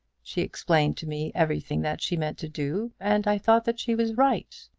she explained to me everything that she meant to do, and i thought that she was right.